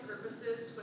purposes